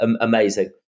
Amazing